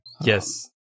yes